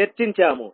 చర్చించాము